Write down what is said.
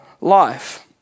life